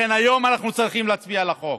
לכן היום אנחנו צריכים להצביע על החוק.